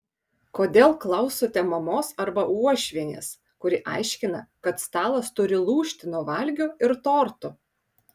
kodėl klausote mamos arba uošvienės kuri aiškina kad stalas turi lūžti nuo valgių ir tortų